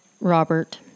Robert